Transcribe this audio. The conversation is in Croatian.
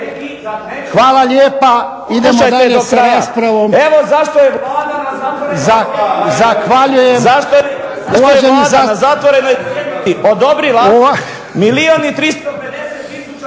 Hvala lijepa, idemo dalje sa raspravom.